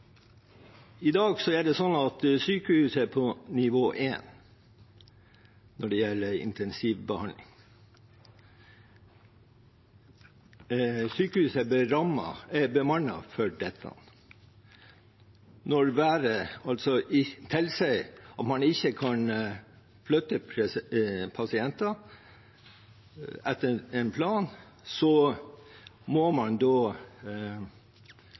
I dag er sykehuset på nivå én når det gjelder intensivbehandling. Sykehuset er bemannet for dette. Når været tilsier at man ikke kan flytte pasienter etter en plan, må man